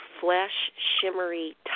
flesh-shimmery